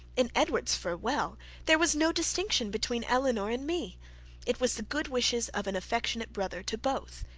in edward's farewell there was no distinction between elinor and me it was the good wishes of an affectionate brother to both.